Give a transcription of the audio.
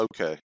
okay